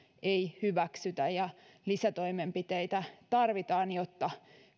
ei hyväksytä ja lisätoimenpiteitä tarvitaan jotta